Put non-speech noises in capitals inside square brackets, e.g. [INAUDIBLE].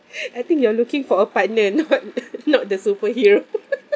I think you are looking for a partner not [LAUGHS] not the superhero [LAUGHS]